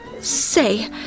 Say